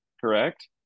Correct